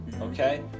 Okay